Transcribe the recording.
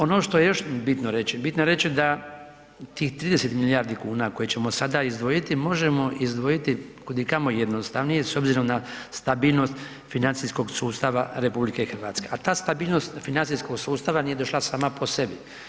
Ono što je još bitno reći, bitno je reći da tih 30 milijardi kuna koje ćemo sada izdvojiti, možemo izdvojiti kud i kamo jednostavnije s obzirom na stabilnost financijskog sustava RH, a ta stabilnost financijskog sustava nije došla sama po sebi.